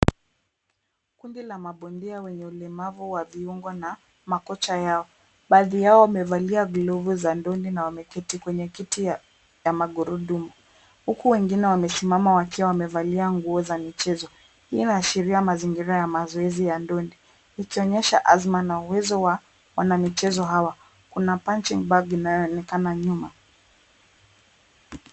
Kundi la mabondea wenye ulemavu wa kiungo na makocha yao, baadhi yao wamevalia glovu za donde na wameketi kwenye kiti ya magurudumu, huku wengine wamesimama wakiwa wamevalia nguo za michezo, Hii inashiria mazingira ya mazoezi ya donde, hikionyesha azma na uwezo wa wanamichezo hawa, Kuna punching bag inayonekana nyuma.